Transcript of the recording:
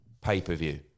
pay-per-view